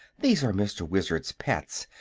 these are mr. wizard's pets,